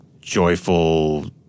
joyful